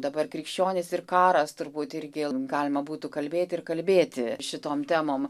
dabar krikščionys ir karas turbūt irgi galima būtų kalbėti ir kalbėti šitom temom